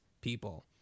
people